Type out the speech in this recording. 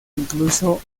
incluso